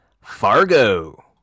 Fargo